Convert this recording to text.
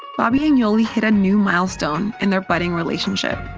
bobby and yoli hit a new milestone in their budding relationship